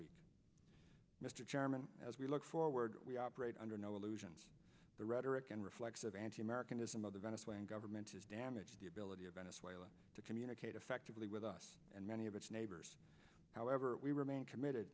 week mr chairman as we look forward we operate under no illusions the rhetoric and reflexive anti americanism of the venezuelan government has damaged the ability of venezuela to communicate effectively with us and many of its neighbors however we remain committed